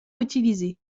utilisés